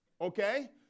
Okay